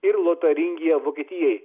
ir lotaringiją vokietijai